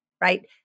right